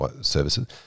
services